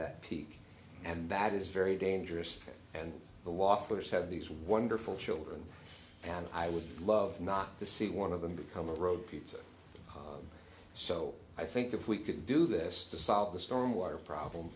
that peak and that is very dangerous and the law for said these wonderful children and i would love not to see one of them become a road pizza so i think if we could do this to solve the stormwater problem